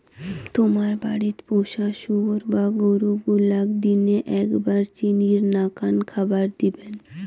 তোমার বাড়িত পোষা শুয়োর বা গরু গুলাক দিনে এ্যাকবার চিনির নাকান খাবার দিবেন